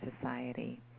society